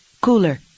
cooler